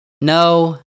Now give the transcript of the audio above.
No